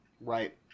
right